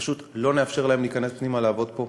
שפשוט לא נאפשר להם להיכנס פנימה לעבוד פה,